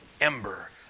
ember